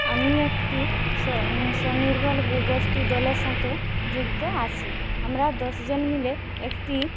আমি একটি স স্বনির্ভর গো গোষ্ঠী দলের সাথে যুক্ত আছি আমরা দশজন মিলে একটি